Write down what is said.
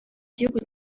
gihugu